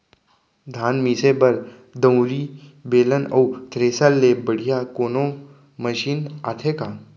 धान मिसे बर दंवरि, बेलन अऊ थ्रेसर ले बढ़िया कोनो मशीन आथे का?